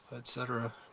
etc.